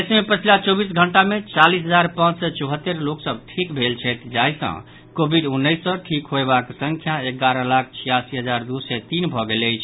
देश मे पछिला चौबीस घंटा मे चालीस हजार पांच सय चौहत्तरि लोक सभ ठीक भेल छथि जाहि सँ कोविड उन्नैस सँ ठीक होयबाक संख्या एगारह लाख छियासी हजार दू सय तीन भऽ गेल अछि